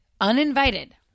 uninvited